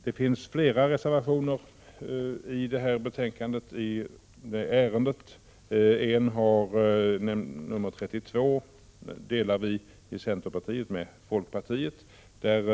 Det finns flera reservationer till betänkandet om denna fråga. I reservation 32, som vi i centern har avgett tillsammans med folkpartiet, tar vi — Prot.